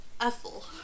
Ethel